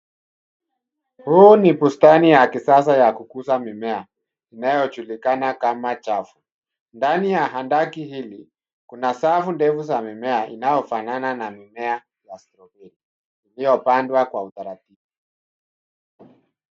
Huu ni bustani ya kisasa ya kukuza mimea inayojulikana kama chafu. Ndani ya handaki hili kuna safu nyingi za mimea inayofanana na mimea ya strawaberry iliyopandwa kwa utaratibu.